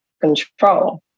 control